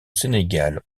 sénégal